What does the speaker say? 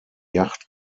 yacht